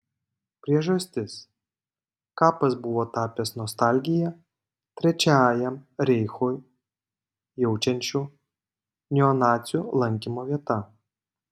priežastis kapas buvo tapęs nostalgiją trečiajam reichui jaučiančių neonacių lankymo vieta